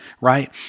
right